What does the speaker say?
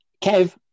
Kev